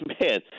Man